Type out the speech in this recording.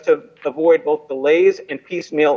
to avoid both the lays and piecemeal